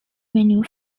venue